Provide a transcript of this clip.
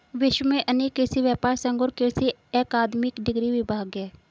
विश्व में अनेक कृषि व्यापर संघ और कृषि अकादमिक डिग्री विभाग है